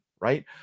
right